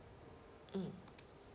mm